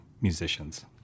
musicians